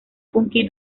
funky